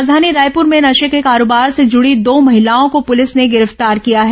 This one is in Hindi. राजधानी रायपुर में नशे के कारोबार से जुड़ी दो महिलाओं को पुलिस ने गिरफ्तार किया है